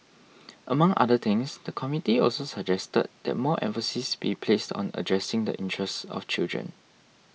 among other things the committee also suggested that more emphasis be placed on addressing the interests of children